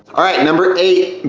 alright, number eight,